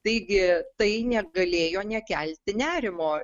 taigi tai negalėjo nekelti nerimo